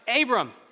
Abram